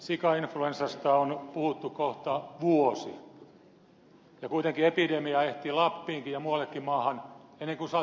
sikainfluenssasta on puhuttu kohta vuosi ja kuitenkin epidemia ehti lappiinkin ja muuallekin maahan ennen kuin saatiin rokotteita